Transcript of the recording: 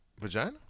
Vagina